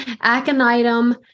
aconitum